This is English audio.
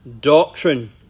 doctrine